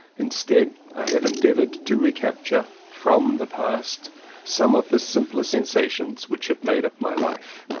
instead i have endeavoured to recapture from the past some of the simpler sensations which have made up my life.